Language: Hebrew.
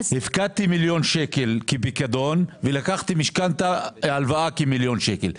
הפקדתי מיליון שקל כפיקדון ולקחתי הלוואה של מיליון שקל.